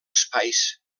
espais